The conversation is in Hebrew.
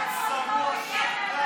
יא צבוע.